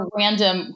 random